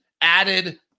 added